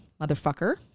motherfucker